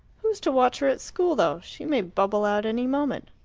who's to watch her at school, though? she may bubble out any moment.